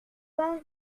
pas